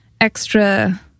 extra